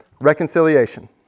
reconciliation